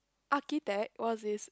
architect what's this